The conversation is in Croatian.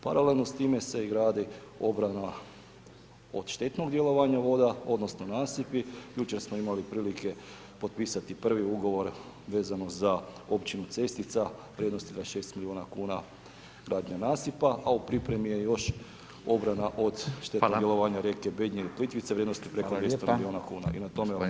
Paralelno s time se grade obrana od štetnog djelovanja voda odnosno nasipi, jučer smo imali prilike potpisati prvi ugovor vezano za općinu Cestica vrijednosti 26 milijuna kuna gradnje nasipa a u pripremi je još obrana od štetnog djelovanja rijeke Bednje i Plitvice vrijednosti preko 200 milijuna kuna i na tome vam hvala.